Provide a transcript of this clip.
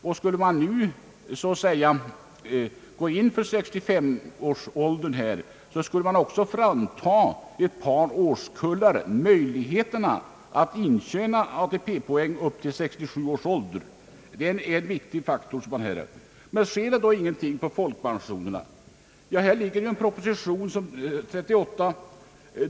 Om man nu sänker pensionsåldern till 65 år, skulle man också frånhända ett par årskullar möjligheterna att intjäna ATP-poäng upp till nu gällande ålder. Det är en viktig faktor. Men sker det då ingenting på folkpensionsområdet? Här föreligger en proposition nr 38.